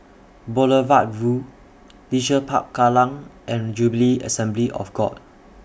Boulevard Vue Leisure Park Kallang and Jubilee Assembly of God